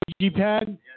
G-pad